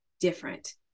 different